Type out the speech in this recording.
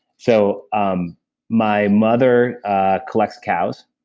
so um my mother ah collects cows.